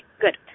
good